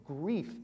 grief